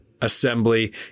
assembly